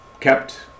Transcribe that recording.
kept